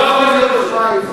אתה לא יכול לעשות את זה.